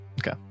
Okay